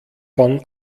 von